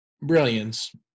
brilliance